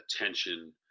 attention